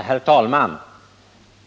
Herr talman!